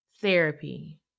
Therapy